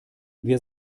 wir